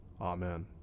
Amen